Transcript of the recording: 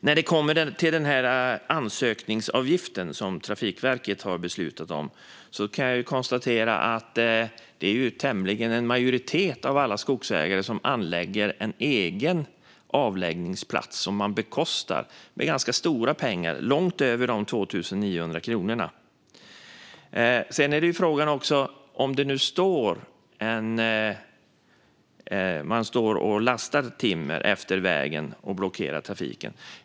När det gäller den ansökningsavgift som Trafikverket har beslutat om kan jag konstatera att en majoritet av skogsägarna anlägger egna avläggningsplatser som de bekostar med ganska stora pengar, långt över de 2 900 kronorna. Om man sedan står långs med vägen och lastar timmer kanske man blockerar trafiken.